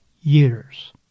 years